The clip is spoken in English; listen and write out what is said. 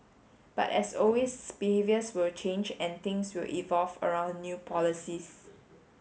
but as always behaviours will change and things will evolve around new policies